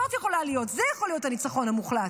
זה יכול להיות הניצחון המוחלט,